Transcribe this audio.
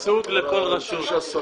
במקום --- ייצוג לכל רשות.